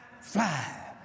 fly